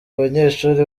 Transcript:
abanyeshuri